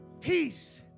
peace